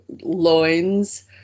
loins